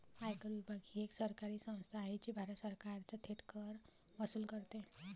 आयकर विभाग ही एक सरकारी संस्था आहे जी भारत सरकारचा थेट कर वसूल करते